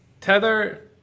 Tether